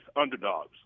underdogs